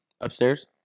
Upstairs